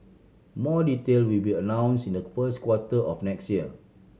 more detail will be announce in the first quarter of next year